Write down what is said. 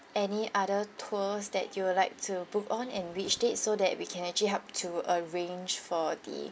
any other tours that you will like to book on and which dates so that we can actually help to arrange for the um